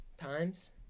times